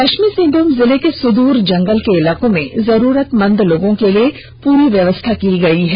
पश्चिमी सिंहभूम जिले के सुदूर जंगल के इलाकों में भी जरूरतमंद लोगों के लिए पूरी व्यवस्था की गई है